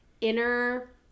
inner